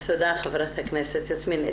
תודה חברת הכנסת יסמין.